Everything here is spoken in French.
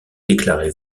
déclarés